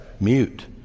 mute